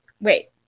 wait